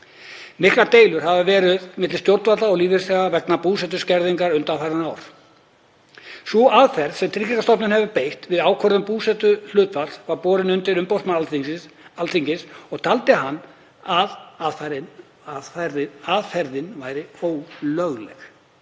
Miklar deilur hafa verið milli stjórnvalda og lífeyrisþega vegna búsetuskerðinga undanfarin ár. Sú aðferð sem Tryggingastofnun hefur beitt við ákvörðun búsetuhlutfalls var borin undir umboðsmann Alþingis og taldi hann að aðferðin væri ólögleg.